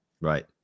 right